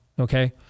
okay